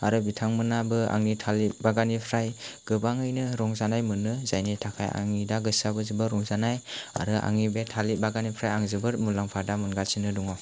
आरो बिथांमोनाबो आंनि थालिर बागाननिफ्राय गोबांङैनो रंजानाय मोनो जायनि थाखाय आंनि दा गोसोआबो जोबोर रंजानाय आरो आंनि बे थालिर बागाननिफ्राय आं जोबोर मुलाम्फा दा मोनगासिनो दङ